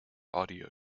audio